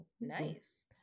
nice